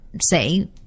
say